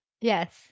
yes